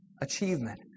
achievement